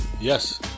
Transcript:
Yes